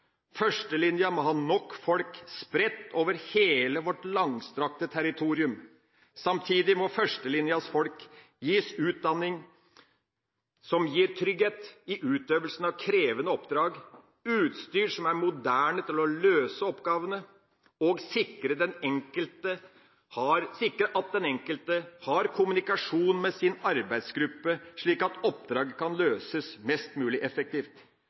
Førstelinja må ha nok folk spredt over hele vårt langstrakte territorium. Samtidig må førstelinjas folk gis utdanning som gir trygghet i utøvelsen av krevende oppdrag, utstyr som er moderne til å løse oppgavene, og det må sikres at den enkelte har kommunikasjon med sin arbeidsgruppe slik at oppdrag kan løses mest mulig effektivt.